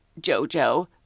Jojo